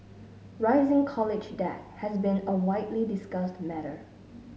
rising college debt has been a widely discussed matter